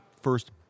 first